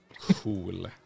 cool